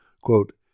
Quote